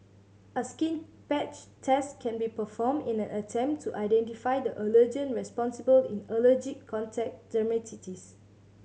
a skin patch test can be performed in an attempt to identify the allergen responsible in allergic contact dermatitis